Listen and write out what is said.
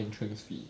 entrance fee